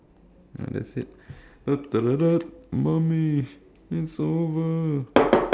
that's it mummy it's over